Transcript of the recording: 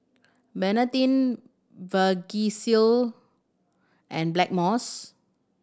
Betadine Vagisil and Blackmores